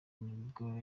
nibwo